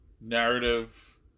narrative